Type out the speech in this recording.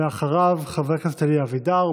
ואחריו, חבר הכנסת אלי אבידר.